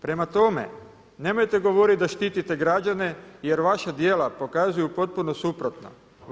Prema tome, nemojte govoriti da štitite građane jer vaša djela pokazuju potpuno suprotno.